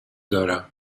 دارم